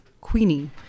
Queenie